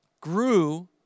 grew